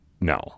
No